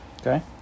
Okay